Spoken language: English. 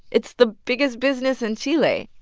it's the biggest business in chile.